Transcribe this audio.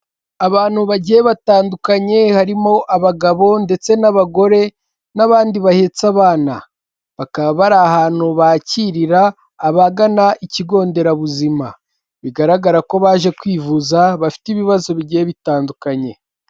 Abantu bagiye batandukanye harimo abagabo ndetse n'abagore n'abandi bahetse abana bakaba bari ahantu bakirira abagana ikigo nderabuzima bigaragara ko baje kwivuza bafite ibibazo bigiye bitandukanye.